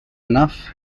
enough